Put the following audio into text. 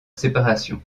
séparation